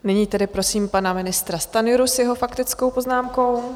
Nyní tedy prosím pana ministra Stanjuru s jeho faktickou poznámkou.